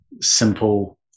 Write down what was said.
simple